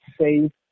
safe